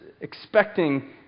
expecting